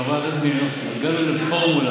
חברת הכנסת מלינובסקי, הגענו לפורמולה